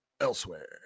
elsewhere